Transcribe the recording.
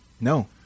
no